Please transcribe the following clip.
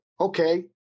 Okay